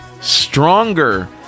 Stronger